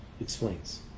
explains